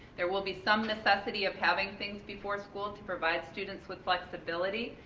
there will be some necessity of having things before school to provide students with flexibility,